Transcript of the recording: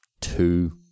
two